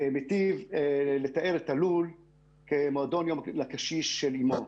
מיטיב לתאר את הלול כמועדון לקשיש של אמו.